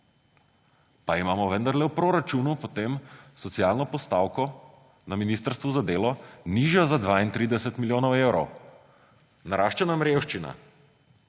Pa imamo vendarle v proračunu potem socialno postavko na ministrstvu za delo nižjo za 32 milijonov evrov. Narašča nam revščina.